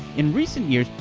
in recent years,